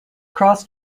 cross